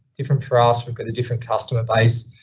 different for us, we've got a different customer base.